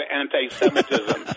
anti-Semitism